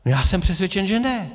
Já jsem přesvědčen, že ne.